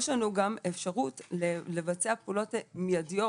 יש לנו גם אפשרות לבצע פעולות מיידיות